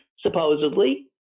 supposedly